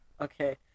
okay